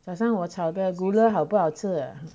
早上我炒的 noodle 好不好吃